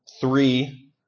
three